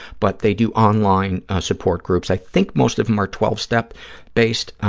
but they do online support groups. i think most of them are twelve step based,